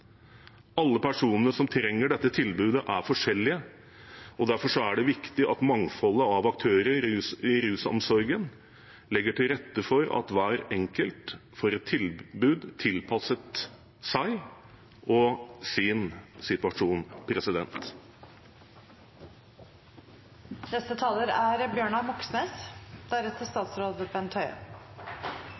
Alle personer som trenger dette tilbudet, er forskjellige, og derfor er det viktig at mangfoldet av aktører i rusomsorgen legger til rette for at hver enkelt får et tilbud tilpasset seg og sin situasjon.